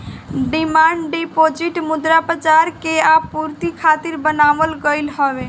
demand deposit मुद्रा बाजार के आपूर्ति खातिर बनावल गईल हवे